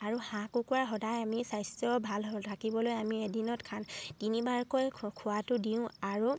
আৰু হাঁহ কুকুৰা সদায় আমি স্বাস্থ্য ভাল হ'ল থাকিবলৈ আমি এদিনত তিনিবাৰকৈ খোৱাটো দিওঁ আৰু